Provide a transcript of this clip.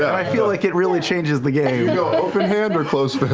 i feel like it really changes the go open hand or closed